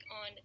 on